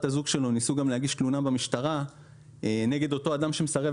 הזוג שלי ניסו גם להגיש תלונה במשטרה נגד אותו אדם שמסרב